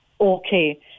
okay